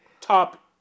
top